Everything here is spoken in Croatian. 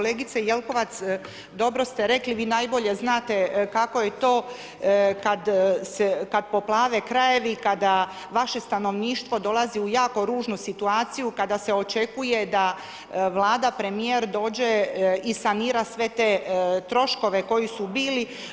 Pa kolegice Jelkovac, dobro ste rekli, vi najbolje znate kako je to kada poplave krajevi, kada vaše stanovništvo dolazi u jako ružnu situaciju, kada se očekuje da Vlada, premijer dođe i sanira sve te troškove koji su bili.